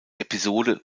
episode